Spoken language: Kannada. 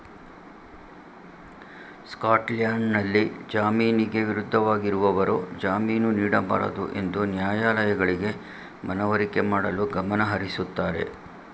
ಸ್ಕಾಟ್ಲ್ಯಾಂಡ್ನಲ್ಲಿ ಜಾಮೀನಿಗೆ ವಿರುದ್ಧವಾಗಿರುವವರು ಜಾಮೀನು ನೀಡಬಾರದುಎಂದು ನ್ಯಾಯಾಲಯಗಳಿಗೆ ಮನವರಿಕೆ ಮಾಡಲು ಗಮನಹರಿಸುತ್ತಾರೆ